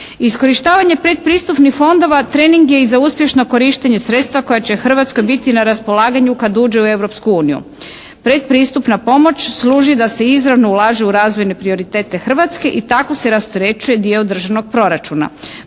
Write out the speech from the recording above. Iskorištavanje predpristupnih fondova trening je i za uspješno korištenje sredstava koja će Hrvatskoj biti na raspolaganju kad uđe u Europsku uniju. Predpristupna pomoć služi da se izravno ulaže u razvojne prioritete Hrvatske i tako se rasterećuje dio državnog proračuna.